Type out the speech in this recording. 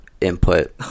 input